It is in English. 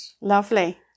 Lovely